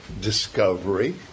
discovery